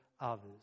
others